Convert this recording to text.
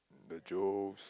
the Joes